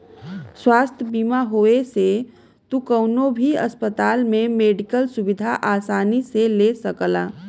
स्वास्थ्य बीमा होये से तू कउनो भी अस्पताल में मेडिकल सुविधा आसानी से ले सकला